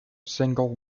single